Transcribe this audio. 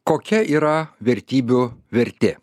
kokia yra vertybių vertė